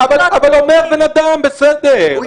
אומר בן אדם, בסדר.